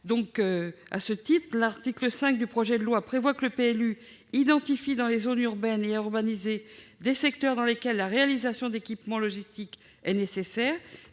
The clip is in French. plus propices. L'article 5 du projet de loi prévoit que le PLU identifie, « dans les zones urbaines ou à urbaniser, des secteurs dans lesquels la réalisation d'équipements logistiques est nécessaire